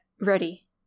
ready